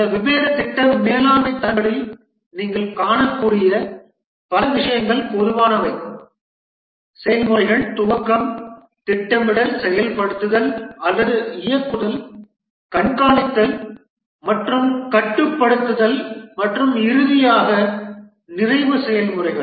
இந்த வெவ்வேறு திட்ட மேலாண்மை தரங்களில் நீங்கள் காணக்கூடிய பல விஷயங்கள் பொதுவானவை செயல்முறைகள் துவக்கம் திட்டமிடல் செயல்படுத்துதல் அல்லது இயக்குதல் கண்காணித்தல் மற்றும் கட்டுப்படுத்துதல் மற்றும் இறுதியாக நிறைவு செயல்முறைகள்